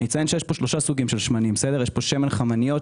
יש פה שלושה סוגים של שמנים: שמן חמניות,